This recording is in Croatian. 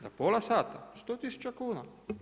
Za posla sata 100 000 kuna.